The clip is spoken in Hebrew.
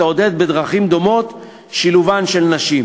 לעודד בדרכים דומות את שילובן של נשים.